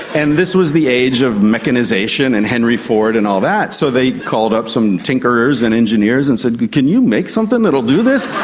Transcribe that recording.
and this was the age of mechanisation and henry ford and all that, so they called up some tinkerers and engineers and said, can you make something that will do this?